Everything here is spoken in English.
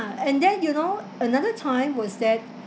and then you know another time was that